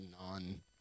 non